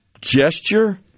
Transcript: gesture